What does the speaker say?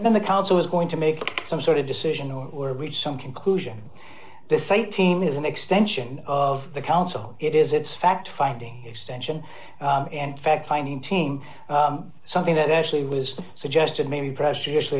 and then the council was going to make some sort of decision or reach some conclusion the site team is an extension of the council it is its fact finding extension and fact finding team something that actually was suggested maybe pre